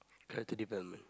character development